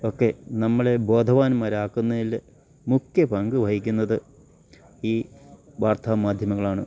ഒക്കെ നമ്മളെ ബോധവാന്മാരാക്കുന്നതില് മുഖ്യ പങ്ക് വഹിക്കുന്നത് ഈ വാർത്താ മാധ്യമങ്ങളാണ്